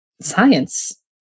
science